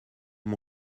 mon